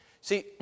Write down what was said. See